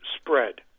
spread